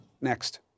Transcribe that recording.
next